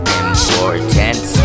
importance